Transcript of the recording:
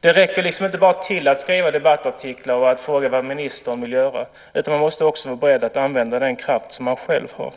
Det räcker liksom inte bara att skriva debattartiklar och att fråga vad ministern vill göra, utan man måste också vara beredd att använda den kraft som man själv har.